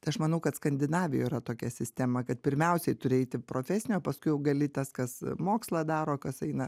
tai aš manau kad skandinavijoj yra tokia sistema kad pirmiausiai turi eiti profesinio paskui jau gali tas kas mokslą daro kas eina